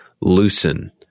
loosen